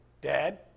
dad